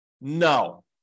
No